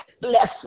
Bless